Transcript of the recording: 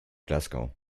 glasgow